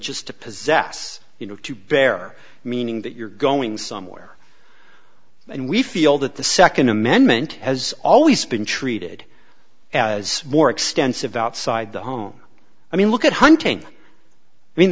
just to possess you know to bear meaning that you're going somewhere and we feel that the second amendment has always been treated as more extensive outside the home i mean look at hunting i mean